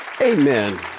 Amen